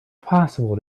possible